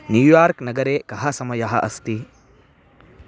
New York नगरे कः समयः अस्ति